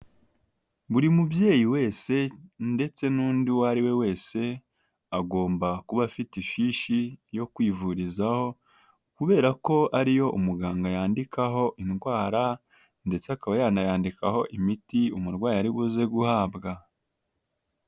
Buri mubyeyi wese ndetse n'undi uwo ari we wese agomba kuba afite ifishi yo kwivurizaho kubera ko ariyo umuganga yandikaho indwara, ndetse akaba yanayandikaho imiti umurwayi aribuzeze guhabwa.